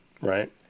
right